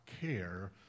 care